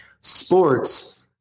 sports